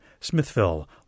Smithville